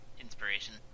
inspiration